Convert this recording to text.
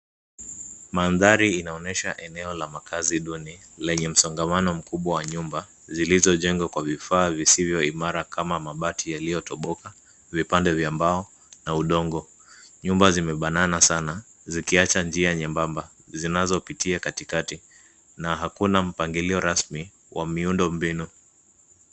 Mandhari inaonyesha eneo la makazi duni lenye msongamano mkubwa wa nyumba zilizojenfwa kwa vifaa visivyo imara kama mabati yaliyotoboka, vipande vya mbao na udongo. Nyumba zimefanana sana zikiacha njia nyembamba zinazopitia katikati na hakuna mpangilio rasmi wa miundo mbinu.